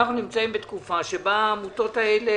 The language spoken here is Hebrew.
אנחנו נמצאים בתקופה שבה העמותות האלה,